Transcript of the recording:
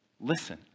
Listen